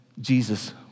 Jesus